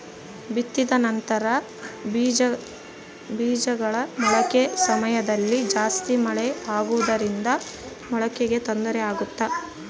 ಬಿತ್ತಿದ ನಂತರ ಬೇಜಗಳ ಮೊಳಕೆ ಸಮಯದಲ್ಲಿ ಜಾಸ್ತಿ ಮಳೆ ಆಗುವುದರಿಂದ ಮೊಳಕೆಗೆ ತೊಂದರೆ ಆಗುತ್ತಾ?